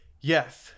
Yes